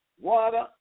water